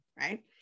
right